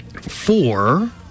Four